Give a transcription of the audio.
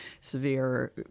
severe